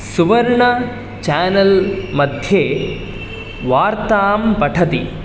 सुवर्ण channel मध्ये वार्तां पठति